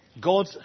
God